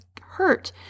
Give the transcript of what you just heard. hurt